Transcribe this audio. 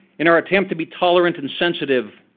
in our attempt to be tolerant and sensitive,